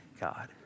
God